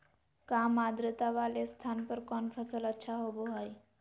काम आद्रता वाले स्थान पर कौन फसल अच्छा होबो हाई?